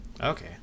Okay